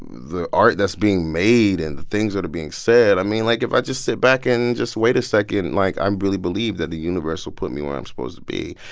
the art that's being made and the things that are being said. i mean, like, if i just sit back and just wait a second, and like, i really believe that the universe will put me where i'm supposed to be.